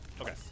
Okay